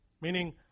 Meaning